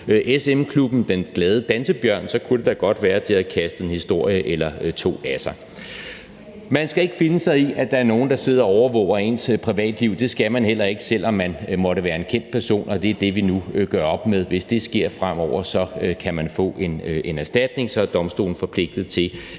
SM-klubben »Den glade dansebjørn«, kunne det da godt være, det havde kastet en historie eller to af sig. Man skal ikke finde sig i, at der er nogen, der sidder og overvåger ens privatliv, og det skal man heller ikke, selv om man måtte være en kendt person, og det er det, vi nu gør op med. Hvis det sker fremover, kan man få en erstatning – så er domstolene forpligtet til